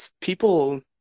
people